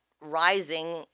rising